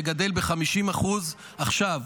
שגדל ב-50% עכשיו.